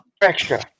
extra